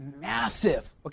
massive